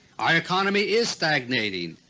our economy is stagnating,